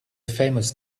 famous